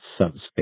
subspace